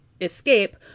escape